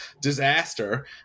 disaster